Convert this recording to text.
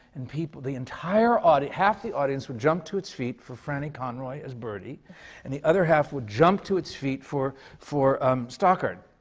and people, the entire audience half the audience would jump to its feet for franny conroy as bertie and the other half would jump to its feet for for um stockard